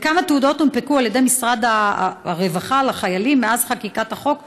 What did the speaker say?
כמה תעודות הונפקו על ידי משרד הרווחה לחיילים מאז חקיקת החוק ב-2016?